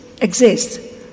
exist